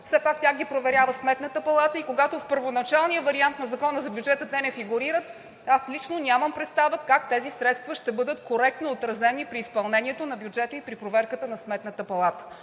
все пак тях ги проверява Сметната палата, а когато в първоначалния вариант на Закона за бюджета те не фигурират, лично аз нямам представа как тези средства ще бъдат коректно отразени при изпълнението на бюджета и при проверката на Сметната палата.